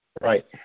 Right